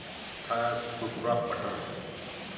था सुगुआ पटर